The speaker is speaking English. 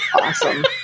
awesome